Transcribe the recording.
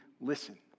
listen